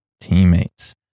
teammates